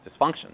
dysfunction